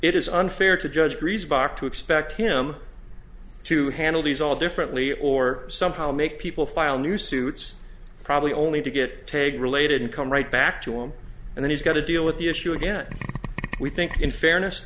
is unfair to judge agrees bach to expect him to handle these all differently or somehow make people file new suits probably only to get taken related and come right back to him and then he's got to deal with the issue again we think in fairness